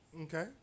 Okay